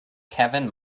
kevin